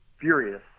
furious